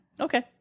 Okay